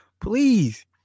please